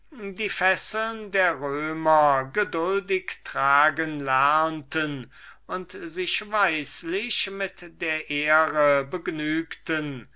die fesseln der römer geduldig tragen lernten und sich weislich mit der ehre begnügten